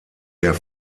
der